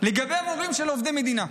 לגבי מורים עובדי מדינה,